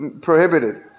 prohibited